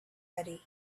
ready